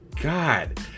God